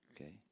Okay